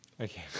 okay